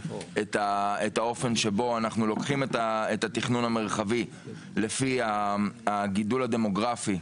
את האופן שבו אנחנו לוקחים את התכנון המרחבי לפי הגידול הדמוגרפי,